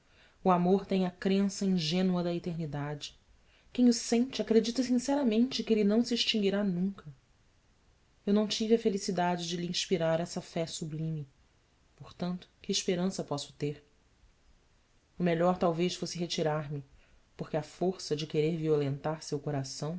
o amor tem a crença ingênua da eternidade quem o sente acredita sinceramente que ele não se extinguirá nunca eu não tive a felicidade de lhe inspirar essa fé sublime portanto que esperança posso ter o melhor talvez fosse retirar-me porque à força de querer violentar seu coração